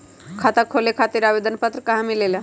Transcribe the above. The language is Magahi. खाता खोले खातीर आवेदन पत्र कहा मिलेला?